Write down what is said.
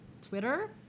Twitter